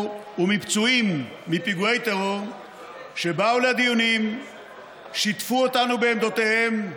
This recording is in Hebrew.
ומפצועים מפיגועי טרור שבאו לדיונים ושיתפו אותנו בעמדותיהם.